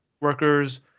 workers